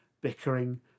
bickering